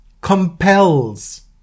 compels